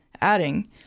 adding